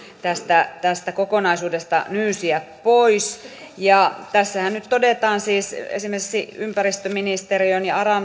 tästä tästä kokonaisuudesta nyysiä pois tässähän nyt todetaan esimerkiksi ympäristöministeriön ja aran